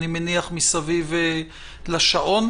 אני מניח מסביב לשעון.